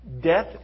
Death